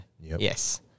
Yes